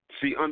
See